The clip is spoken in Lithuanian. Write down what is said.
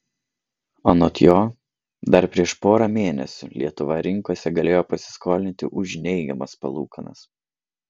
anot jo dar prieš porą mėnesių lietuva rinkose galėjo pasiskolinti už neigiamas palūkanas